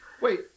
Wait